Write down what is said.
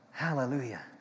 hallelujah